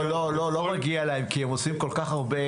לא, זה לא מגיע להם כי הם עושים כל כך הרבה.